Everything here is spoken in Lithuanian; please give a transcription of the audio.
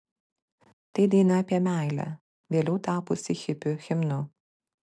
tai daina apie meilę vėliau tapusi hipių himnu